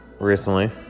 recently